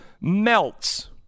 melts